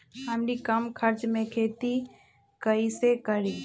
हमनी कम खर्च मे खेती कई से करी?